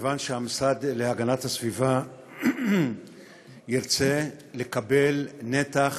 מכיוון שהמשרד להגנת הסביבה ירצה לקבל את נתח